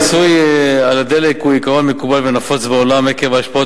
מיסוי הדלק הוא עיקרון מקובל ונפוץ בעולם עקב ההשפעות